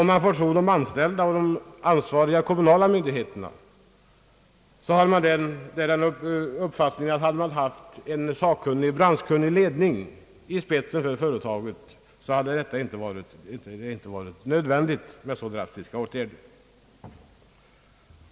Om man får tro de anställda och de kommunala myndigheterna, så skulle denna beklagliga utveckling bero på att man har saknat sakkunnig och branschkunnig ledning i spetsen för företaget.